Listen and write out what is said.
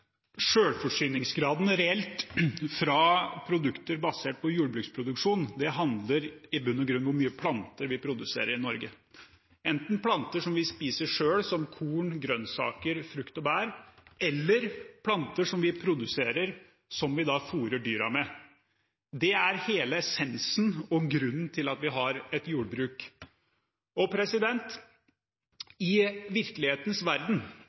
reelt, fra produkter basert på jordbruksproduksjon, handler i bunn og grunn om hvor mye planter vi produserer i Norge, enten planter som vi spiser selv, som korn, grønnsaker, frukt og bær, eller planter som vi produserer, og som vi fôrer dyrene med. Det er hele essensen i og grunnen til at vi har et jordbruk. I virkelighetens verden